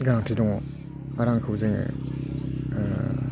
गोनांथि दङ बा रांखौ जोङो